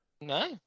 no